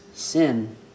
sin